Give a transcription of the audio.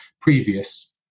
previous